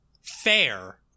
fair